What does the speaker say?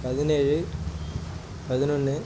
பதினேழு பதினொன்று